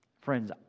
Friends